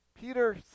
Peter